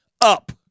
up